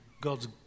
God's